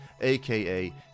aka